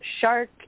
shark